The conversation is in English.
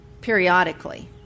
periodically